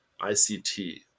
ICT